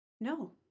No